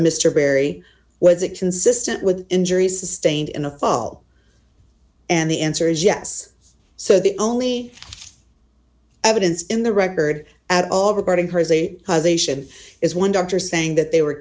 mr berry was it consistent with injuries sustained in the fall and the answer is yes so the only evidence in the record at all regarding her as a nation is one doctor saying that they were